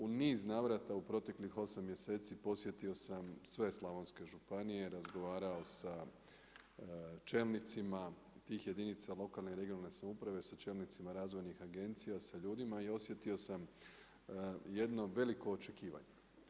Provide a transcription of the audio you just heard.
U niz navrata u proteklih 8 mjeseci posjetio sam sve slavonske županije, razgovarao sa čelnicima tih jedinica lokalne i regionalne samouprave, sa čelnicima razvojnih agencija, sa ljudima i osjetio sam jedno veliko očekivanje.